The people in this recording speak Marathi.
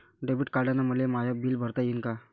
डेबिट कार्डानं मले माय बिल भरता येईन का?